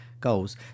goals